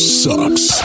sucks